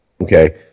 Okay